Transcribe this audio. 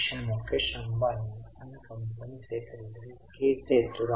आता हे गुंतवणूकीशी संबंधित आहे म्हणून मी आहे नफा तेथे आहे पैसा येत आहे ते अधिक आहे